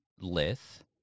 lith